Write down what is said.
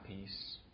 peace